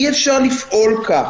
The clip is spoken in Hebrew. לא, אי אפשר לפעול כך.